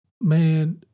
man